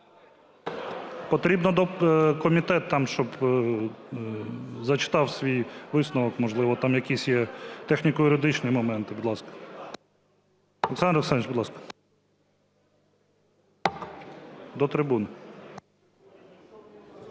Потрібно комітет там щоб зачитав свій висновок, можливо, там якісь є техніко-юридичні моменти. Будь ласка.